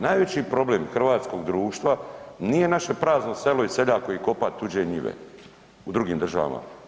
Najveći problem hrvatskog društva nije naše prazno selo i seljak koji kopa tuđe njive u drugim državama.